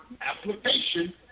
application